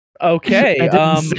Okay